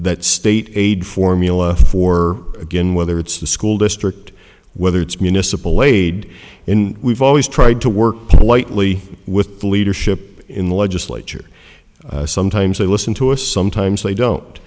that state aid formula for again whether it's the school district whether it's municipal aid in we've always tried to work politely with the leadership in the legislature sometimes they listen to us sometimes they don't